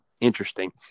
Interesting